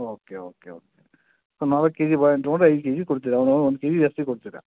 okay okay okay so ನಾಲ್ಕು KG ಬಾಳೆಹಣ್ ತೊಗೊಂಡರೆ ಐದು ಕೆಜಿ ಕೊಡ್ತೀರ ಒಂದು ಕೆಜಿ ಜಾಸ್ತಿ ಕೊಡ್ತೀರಾ